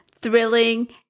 thrilling